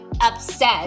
upset